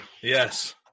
Yes